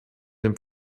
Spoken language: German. dem